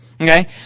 Okay